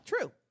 True